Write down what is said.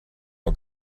all